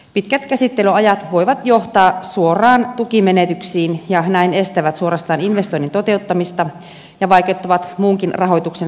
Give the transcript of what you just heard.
pitkät käsittelyajat voivat johtaa suoraan tukimenetyksiin ja näin suorastaan estävät investoinnin toteuttamista ja vaikeuttavat muunkin rahoituksen saamista